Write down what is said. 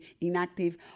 inactive